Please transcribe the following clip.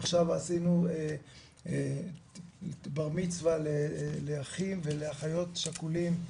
עכשיו עשינו בר מצווה לאחים ולאחיות שכולים,